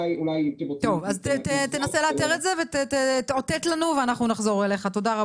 לבנק יגישו לו קודם כל את האופציה להלוואה בערבות